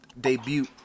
debut